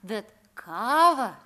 bet kavą